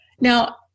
Now